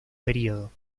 período